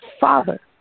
Father